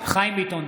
חיים ביטון,